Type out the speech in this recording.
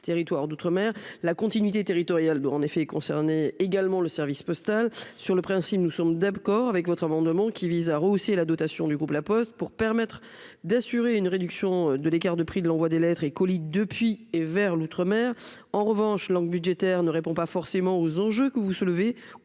territoires d'outre-mer, la continuité territoriale doit en effet également le service postal sur le principe, nous sommes d'accord avec votre amendement qui vise à rehausser la dotation du groupe La Poste, pour permettre d'assurer une réduction de l'écart de prix de l'envoi des lettres et colis depuis et vers l'outre-mer en revanche angle budgétaire ne répond pas forcément aux enjeux que vous soulevez